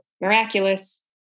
miraculous